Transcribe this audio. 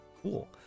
Cool